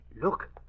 Look